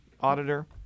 auditor